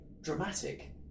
dramatic